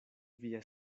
via